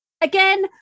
Again